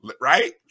Right